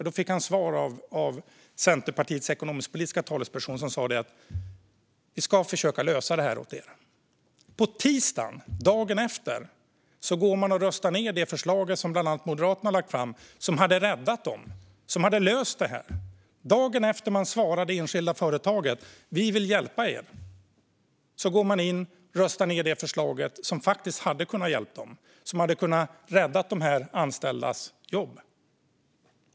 Då fick han svar av Centerpartiets ekonomisk-politiska talesperson som sa att partiet ska försöka lösa problemet åt dem. På tisdagen, dagen efter, röstade partiet ned det förslag som bland annat Moderaterna hade lagt fram, som hade räddat företaget och löst problemet. Dagen efter att man svarar det enskilda företaget att man vill hjälpa det röstar man ned det förslag som faktiskt hade hjälpt dem, som hade räddat de anställdas jobb.